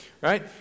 right